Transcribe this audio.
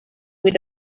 with